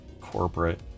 corporate